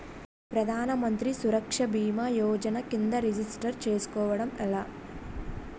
ప్రధాన మంత్రి సురక్ష భీమా యోజన కిందా రిజిస్టర్ చేసుకోవటం ఎలా?